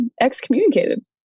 excommunicated